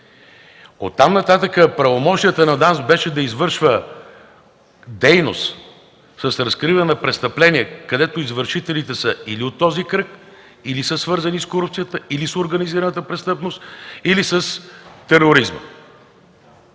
Оттам нататък в правомощията на ДАНС беше да извършва дейност с разкриване на престъпления, където извършителите са или от този кръг, или са свързани с корупцията, с организираната престъпност или с тероризма.